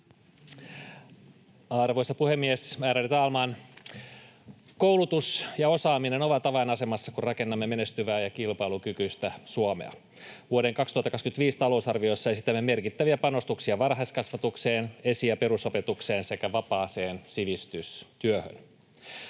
Arvoisa puhemies, ärade talman! Koulutus ja osaaminen ovat avainasemassa, kun rakennamme menestyvää ja kilpailukykyistä Suomea. Vuoden 2025 talousarviossa esitämme merkittäviä panostuksia varhaiskasvatukseen, esi‑ ja perusopetukseen sekä vapaaseen sivistystyöhön.